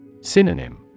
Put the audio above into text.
Synonym